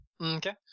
Okay